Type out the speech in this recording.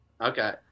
Okay